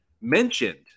mentioned